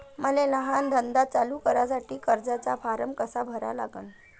मले लहान धंदा चालू करासाठी कर्जाचा फारम कसा भरा लागन?